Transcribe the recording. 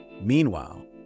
Meanwhile